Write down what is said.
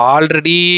Already